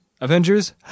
Avengers